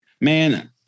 Man